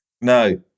No